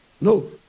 No